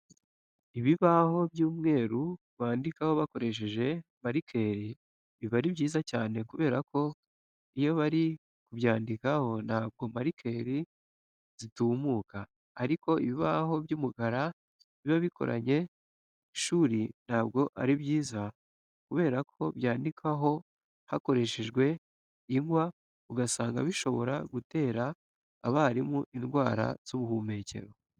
Ibibaho by'umweru bandikaho bakoresheje marikeri biba ari byiza cyane kubera ko iyo bari kubyandikaho ntabwo marikeri zitumuka ariko ibibaho by'umukara biba bikoranye n'ishuri ntabwo ari byiza kubera ko byandikwaho hakoreshejwe ingwa, ugasanga bishobora gutera abarimu indwara z'ubuhumekero.